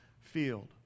field